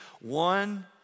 one